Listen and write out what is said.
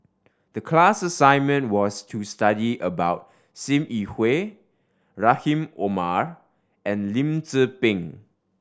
the class assignment was to study about Sim Yi Hui Rahim Omar and Lim Tze Peng